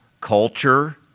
culture